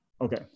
Okay